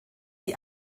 die